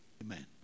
amen